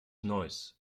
neuss